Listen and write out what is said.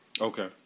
Okay